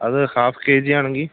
അത് half K G ആണെങ്കിൽ